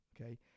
okay